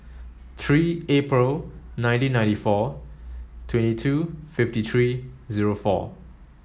three April nineteen ninety four twenty two fifty three zero four